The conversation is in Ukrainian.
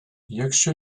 якщо